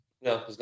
No